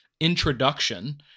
introduction